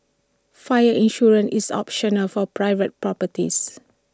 fire insurance is optional for private properties